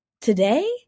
Today